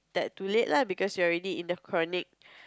tad too late lah because you're already in the chronic